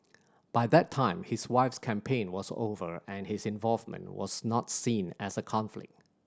by that time his wife's campaign was over and his involvement was not seen as a conflict